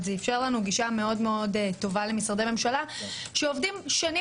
זה איפשר לנו גישה מאוד-מאוד טובה למשרדי ממשלה שעובדים שנים